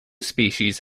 species